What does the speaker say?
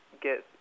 get